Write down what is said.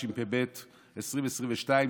התשפ"ב 2022,